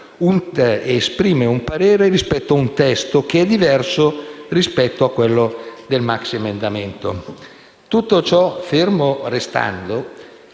esprime un parere rispetto a un testo che è diverso dal testo del maxiemendamento. Tutto ciò fermo restando,